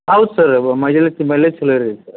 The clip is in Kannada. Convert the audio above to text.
ಹೌದು ಸರ ವ ಮೈಲೇಜ್ ಚಲೋ ರೀ ಐತೆ ಸರ